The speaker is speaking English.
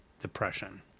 depression